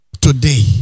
today